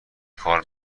کار